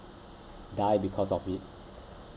die because of it